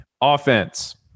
Offense